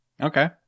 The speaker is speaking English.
Okay